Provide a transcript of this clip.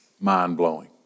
Mind-blowing